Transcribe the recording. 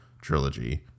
trilogy